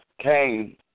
came